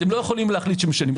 אתם לא יכולים להחליט שמשנים.